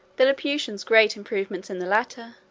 the laputians' great improvements in the latter.